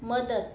मदत